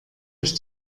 ich